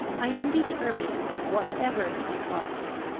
i am determined, whatever it may cost me,